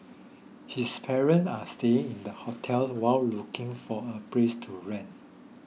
his parents are staying in hotels while looking for a place to rent